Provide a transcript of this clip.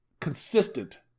consistent